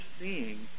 seeing